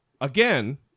Again